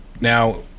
now